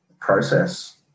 process